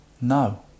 No